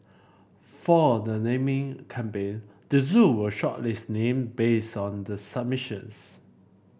for the naming campaign the zoo will shortlist name based on the submissions